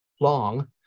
long